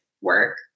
work